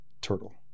turtle